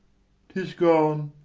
tis gone